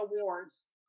awards